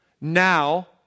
Now